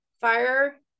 fire